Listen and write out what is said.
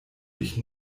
dich